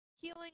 healing